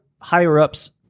higher-ups